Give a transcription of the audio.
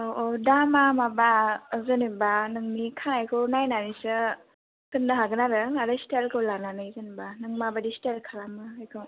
औऔ दामा माबा जेनेबा नोंनि खानायखौ नायनानैसो होननो हागोन आरो स्टेलखौ लानानै जेनबा नों माबायदि स्टेल खालामो बेखौ